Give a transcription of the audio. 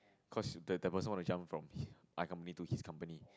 cause the person wants to jump from my company to his company